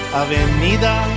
avenida